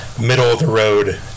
middle-of-the-road